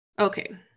Okay